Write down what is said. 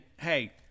hey